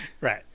Right